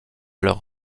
leur